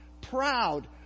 proud